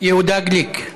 יהודה גליק.